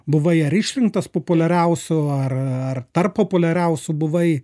buvai ar išrinktas populiariausiu ar ar tarp populiariausių buvai